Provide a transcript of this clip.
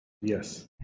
yes